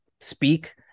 speak